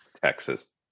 Texas